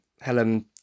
Helen